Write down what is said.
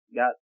got